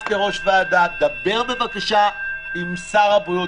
אתה כראש הוועדה, דבר בבקשה עם שר הבריאות.